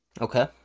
Okay